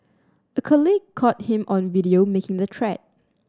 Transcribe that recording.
a colleague caught him on video making the threat